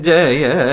Jaya